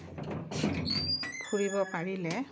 ফুৰিব পাৰিলে